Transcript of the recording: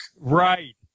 Right